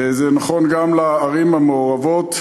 זה נכון גם לערים המעורבות.